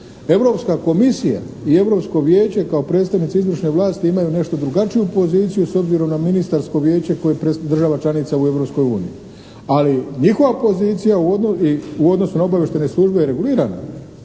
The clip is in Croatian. Europska komisija i Europsko vijeće kao predstavnici izvršne vlasti imaju nešto drugačiju poziciju s obzirom na Ministarsko vijeće koje je država članica u Europskoj uniji. Ali njihova pozicija u odnosu na obavještajne službe je regulirana